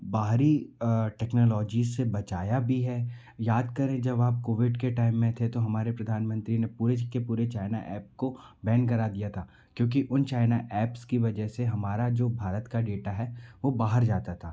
बाहरी टेक्नोलॉजी से बचाया भी है याद करें जब आप कोविड के टाइम में थे तो हमारे प्रधानमंत्री ने पूरे जे के पूरे चाइना ऐप को बैन करा दिया था क्योंकि उन चाइना ऐप्स की वजह से हमारा जो भारत का डेटा है वो बाहर जाता था